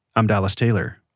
i'm dallas taylor.